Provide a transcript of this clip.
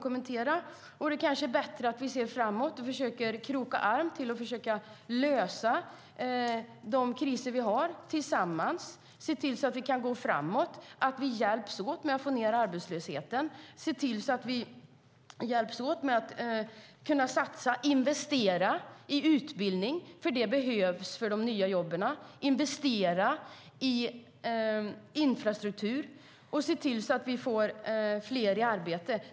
Det kanske är bättre att vi ser framåt, försöker kroka arm, försöker att tillsammans lösa de kriser vi har och hjälps åt att få ned arbetslösheten. Vi behöver se till att vi kan satsa och investera i utbildning, för det behövs för de nya jobben. Vi behöver investera i infrastruktur och se till att fler kommer i arbete.